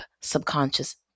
subconscious